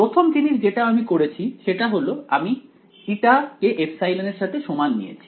প্রথম জিনিস যেটা আমি করেছি সেটা হল আমি η ε নিয়েছি